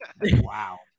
wow